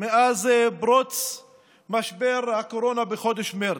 מאז פרוץ משבר הקורונה בחודש מרץ.